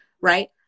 right